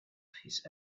his